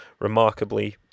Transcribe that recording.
remarkably